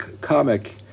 comic